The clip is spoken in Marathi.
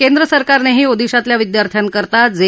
केंद्र सरकारनेही ओदिशातल्या विद्यार्थ्यांकरता जे